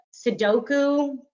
Sudoku